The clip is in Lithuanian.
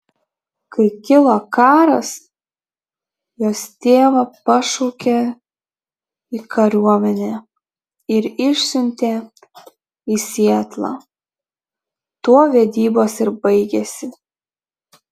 kai kilo karas jos tėvą pašaukė į kariuomenę ir išsiuntė į sietlą tuo vedybos ir baigėsi